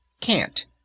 can't